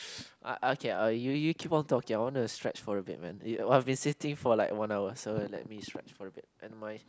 uh okay uh you you keep on talking I wanna stretch for a bit man ye~ I've been sitting for like one hour so let me stretch for a bit and my